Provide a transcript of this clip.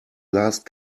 last